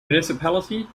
municipality